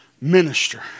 minister